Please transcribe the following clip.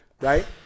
right